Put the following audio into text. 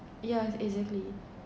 yeah exactly